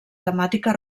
temàtica